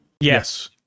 Yes